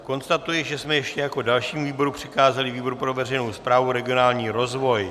Konstatuji, že jsme ještě jako dalšímu výboru přikázali výboru pro veřejnou správu a regionální rozvoj.